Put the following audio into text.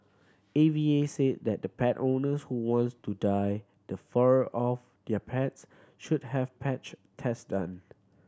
A V A said that pet owners who wants to dye the fur of their pets should have patch test done